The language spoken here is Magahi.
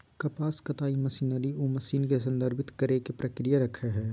कपास कताई मशीनरी उ मशीन के संदर्भित करेय के प्रक्रिया रखैय हइ